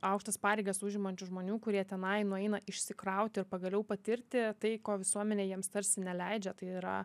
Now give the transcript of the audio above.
aukštas pareigas užimančių žmonių kurie tenai nueina išsikrauti ir pagaliau patirti tai ko visuomenė jiems tarsi neleidžia tai yra